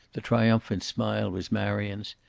the triumphant smile was marion's.